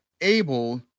able